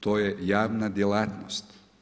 To je javna djelatnost.